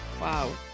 wow